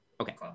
Okay